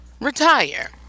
retire